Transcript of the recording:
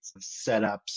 setups